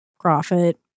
profit